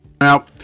Now